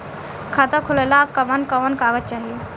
खाता खोलेला कवन कवन कागज चाहीं?